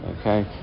Okay